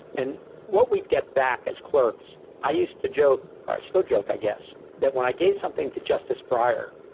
and what we'd get back as clerks i used to joke ah i still joke i guess, that when i gave something to justice breyer,